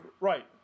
Right